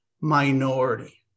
minority